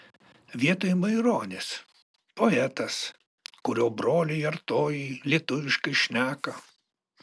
vietoj maironis poetas kurio broliai artojai lietuviškai šneka